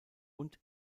und